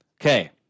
Okay